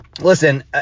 Listen